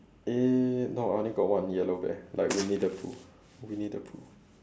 eh no I only got one yellow bear like Winnie the Pooh Winnie the Pooh